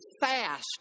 fast